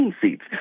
seats